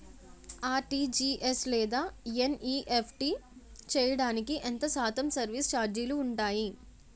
RTGS లేదా NEFT చేయడానికి ఎంత శాతం సర్విస్ ఛార్జీలు ఉంటాయి?